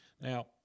Now